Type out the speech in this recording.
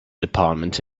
department